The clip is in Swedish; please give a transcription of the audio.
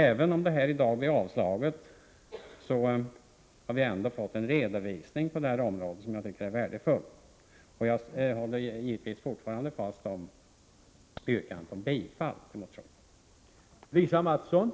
Även om vårt förslag avslås i dag har vi ändå fått en redovisning på detta område som är värdefull. Jag håller fast vid yrkandet om bifall till motionen.